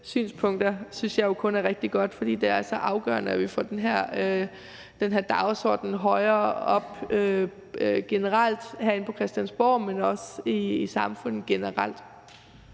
sig, synes jeg jo kun er rigtig godt, for det er så afgørende, at vi får den her dagsorden højere op herinde på Christiansborg, men også i samfundet generelt.